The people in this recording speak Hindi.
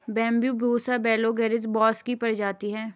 बैम्ब्यूसा वैलगेरिस बाँस की प्रजाति है